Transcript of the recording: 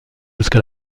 jusque